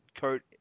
Kurt